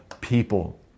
people